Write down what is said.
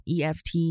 eft